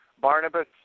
Barnabas